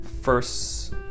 first